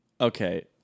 Okay